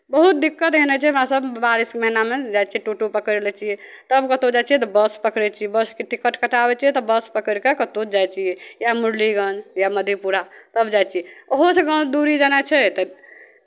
बहुत दिक्क्त एहन होइ छै हमरासभ बारिशके महीनामे टोटो पकड़ि लै छियै तब कतहु जाइ छियै बस पकड़ै छियै बसके टिकट कटाबै छियै तऽ बस पकड़ि कऽ कतहु जाइ छियै या मुरलीगञ्ज या मधेपुरा तब जाइ छियै ओहोसँ गाँव दूरी जाना छै तऽ